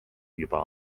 juba